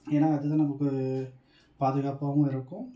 ஏன்னால் அது தான் நமக்கு பாதுகாப்பாகவும் இருக்கும்